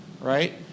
right